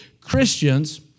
Christians